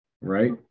right